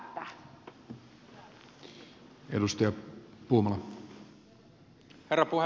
herra puhemies